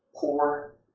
poor